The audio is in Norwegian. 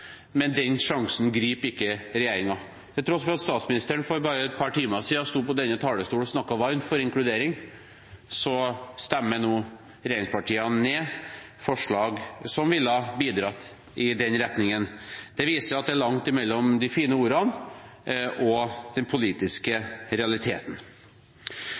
men den sjansen griper ikke regjeringen. Til tross for at statsministeren for bare et par timer siden sto på denne talerstolen og snakket varmt om inkludering, stemmer regjeringspartiene nå ned forslag som ville bidratt i den retningen. Det viser at det er langt mellom de fine ordene og den politiske realiteten.